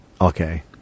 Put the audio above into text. Okay